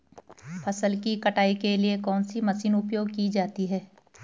फसल की कटाई के लिए कौन सी मशीन उपयोग की जाती है?